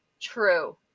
true